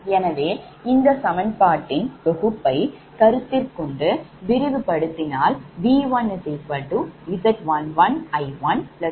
எனவே இந்த சமன்பாட்டின் தொகுப்பை கருத்திற்கொண்டு விரிவுபடுத்தினால் V1Z11I1Z12I2Z1nIn V2Z21I1Z22I2